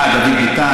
אה, דוד ביטן.